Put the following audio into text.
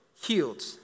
Healed